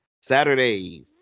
Saturday